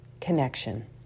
connection